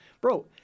bro